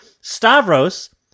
Stavros